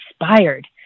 inspired